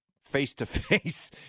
face-to-face